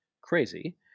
crazy